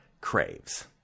craves